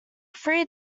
three